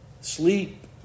sleep